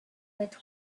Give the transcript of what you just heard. with